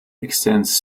extends